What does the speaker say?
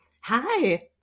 Hi